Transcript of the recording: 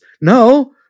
no